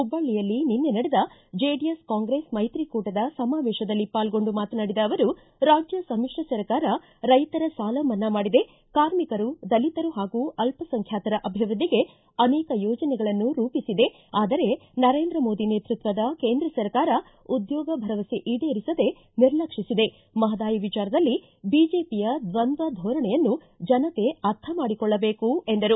ಹುಬ್ಬಳ್ಳಿಯಲ್ಲಿ ನಿನ್ನೆ ನಡೆದ ಜೆಡಿಎಸ್ ಕಾಂಗ್ರೆಸ್ ಮೈತ್ರಿಕೂಟದ ಸಮಾವೇಶದಲ್ಲಿ ಪಾಲ್ಗೊಂಡು ಮಾತನಾಡಿದ ಅವರು ರಾಜ್ಯ ಸಮಿತ್ರ ಸರ್ಕಾರ ರೈತರ ಸಾಲ ಮನ್ನಾ ಮಾಡಿದೆ ಕಾರ್ಮಿಕರು ದಲಿತರು ಹಾಗೂ ಅಲ್ಲಸಂಖ್ಯಾತರ ಅಭಿವೃದ್ಧಿಗೆ ಅನೇಕ ಯೋಜನೆಗಳನ್ನು ರೂಪಿಸಿದೆ ಆದರೆ ನರೇಂದ್ರ ಮೋದಿ ನೇತೃತ್ವದ ಕೇಂದ್ರ ಸರ್ಕಾರ ಉದ್ಯೋಗ ಭರವಸೆ ಈಡೇರಿಸದೆ ನಿರ್ಲಕ್ಷಿಸಿದೆ ಮಹದಾಯಿ ವಿಚಾರದಲ್ಲಿ ಬಿಜೆಪಿಯ ದ್ವಂದ್ವ ಧೋರಣೆಯನ್ನು ಜನತೆ ಅರ್ಥ ಮಾಡಿಕೊಳ್ಳಬೇಕು ಎಂದರು